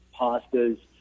pastas